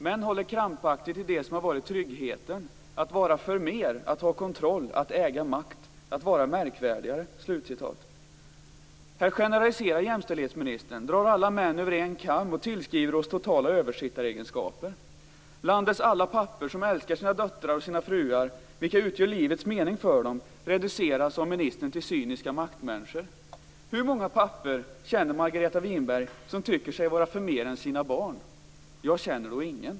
Män håller krampaktigt i det som har varit tryggheten, att vara förmer, att ha kontroll, att äga makt, att vara märkvärdigare." Här generaliserar jämställdhetsministern, drar alla män över en kam, och tillskriver oss totala översittaregenskaper. Landets alla pappor, som älskar sina döttrar och sina fruar, vilka utgör livets mening för dem, reduceras av ministern till cyniska maktmänniskor. Hur många pappor känner Margareta Winberg som tycker sig vara förmer än sina barn? Jag känner då ingen.